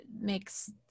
makes